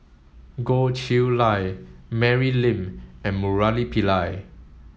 Goh Chiew Lye Mary Lim and Murali Pillai